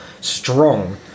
strong